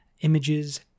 images